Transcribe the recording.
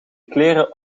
kleren